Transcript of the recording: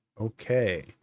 Okay